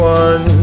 one